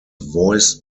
voiced